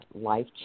Life